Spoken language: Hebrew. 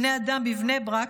בני אדם בבני ברק,